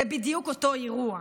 זה בדיוק אותו אירוע,